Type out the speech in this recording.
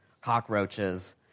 cockroaches